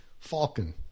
Falcon